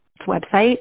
website